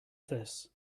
this